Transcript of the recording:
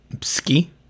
Ski